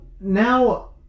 now